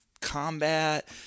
combat